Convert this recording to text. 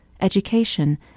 education